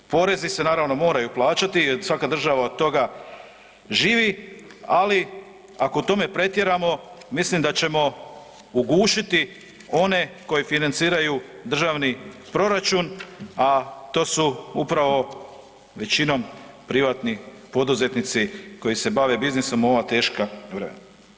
Porezi se, naravno, moraju plaćati, svaka država od toga živi, ali ako u tome pretjeramo, mislim da ćemo ugušiti one koji financiraju državni proračun, a to su upravo, većinom privatni poduzetnici koji se bave biznisom u ova teška vremena.